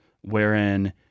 wherein